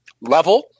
level